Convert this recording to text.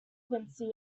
quincy